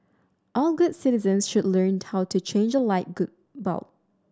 all good citizens should learnt how to change a light good bulb